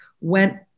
went